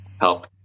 help